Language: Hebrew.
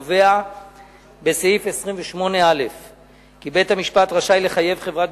קובע בסעיף 28א כי בית-המשפט רשאי לחייב חברת